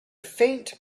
faint